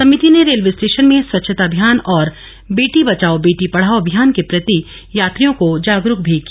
समिति ने railway station में सुच्चछता अभियान और बेटी बचाओ बेटी पढ़ाओ अभियान के प्रति यात्रियों को जागरूक भी किया